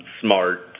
smart